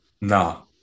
No